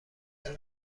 آرزو